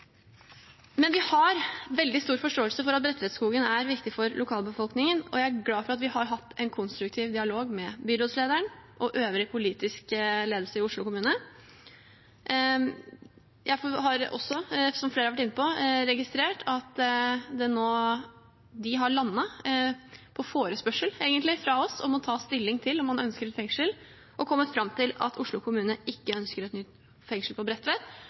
Vi har veldig stor forståelse for at Bredtvetskogen er viktig for lokalbefolkningen, og jeg er glad for at vi har hatt en konstruktiv dialog med byrådslederen og øvrig politisk ledelse i Oslo kommune. Jeg har også, som flere har vært inne på, registrert at de nå egentlig har landet på forespørsel fra oss om å ta stilling til om man ønsker et fengsel, og har kommet fram til at Oslo kommune ikke ønsker et nytt fengsel på